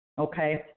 Okay